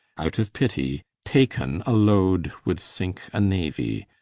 out of pitty, taken a loade, would sinke a nauy,